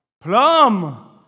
Plum